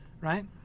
Right